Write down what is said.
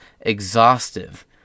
exhaustive